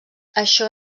això